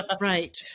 Right